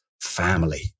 family